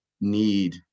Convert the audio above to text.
need